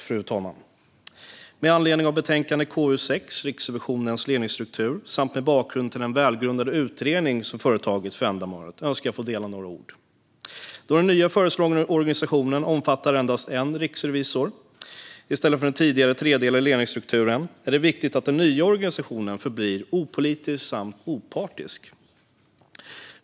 Fru talman! Med anledning av betänkande KU6 Riksrevisionens ledningsstruktur samt mot bakgrund av den välgrundade utredning som har företagits för ändamålet önskar jag få dela några ord. Då den nya föreslagna organisationen omfattar endast en riksrevisor i stället för den tidigare tredelade ledningsstrukturen är det viktigt att den nya organisationen förblir opolitisk samt opartisk.